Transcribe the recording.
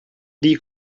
die